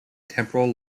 temporal